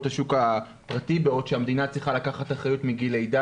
השוק הפרטי בעוד שהמדינה צריכה לקחת אחריות מגיל לידה.